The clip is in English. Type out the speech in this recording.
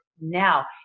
Now